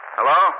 Hello